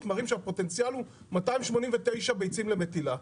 מראים שהפוטנציאל הוא 289 ביצים למטילה.